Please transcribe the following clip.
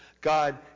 God